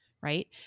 Right